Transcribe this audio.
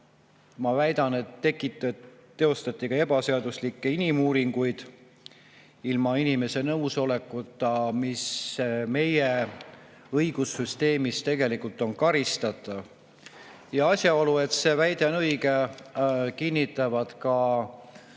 ma väidan, teostati ka ebaseaduslikke inimuuringuid ilma inimese nõusolekuta, mis meie õigussüsteemis tegelikult on karistatav. Ja asjaolu, et see väide on õige, kinnitavad ka